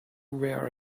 were